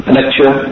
lecture